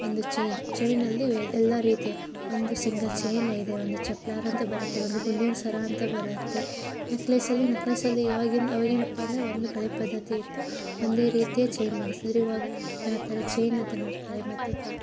ಒಂದು ಚೈನ್ ಚೈನಲ್ಲಿ ಎಲ್ಲ ರೀತಿಯ ಒಂದು ಸಿಂಗಲ್ ಚೈನು ಇದೆ ಒಂದು ಚಪ್ಲಾರ ಅಂತ ಬರುತ್ತೆ ಒಂದು ಗುಂಡಿನ ಸರ ಅಂತ ಬರುತ್ತೆ ನೆಕ್ಲೇಸಲ್ಲಿ ನೆಕ್ಲೇಸಲ್ಲಿ ಇವಾಗಿನ ಅವಾಗ ಏನಪ್ಪ ಅಂದರೆ ಒಂದು ಹಳೆ ಪದ್ಧತಿ ಇತ್ತು ಒಂದೇ ರೀತಿಯ ಚೈನ್ ಮಾಡ್ಸ್ತಿದ್ರೆ ಇವಾಗ ಯಾವ ಥರ ಚೈನ್ ಅಂತ ನೋಡ್ತಾರೆ ಮತ್ತು ಕಾ